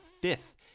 fifth